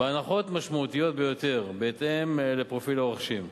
בהנחות משמעותיות ביותר, בהתאם לפרופיל הרוכשים.